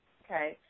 okay